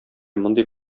мондый